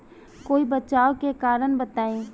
कोई बचाव के कारण बताई?